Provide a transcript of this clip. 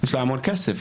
יש לה המון כסף.